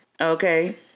okay